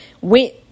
went